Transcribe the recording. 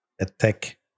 attack